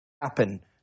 Happen